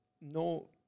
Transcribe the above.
no